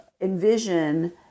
envision